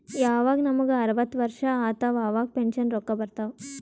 ಯವಾಗ್ ನಮುಗ ಅರ್ವತ್ ವರ್ಷ ಆತ್ತವ್ ಅವಾಗ್ ಪೆನ್ಷನ್ ರೊಕ್ಕಾ ಬರ್ತಾವ್